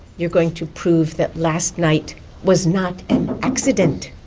you're going to prove that last night was not an accident,